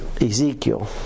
Ezekiel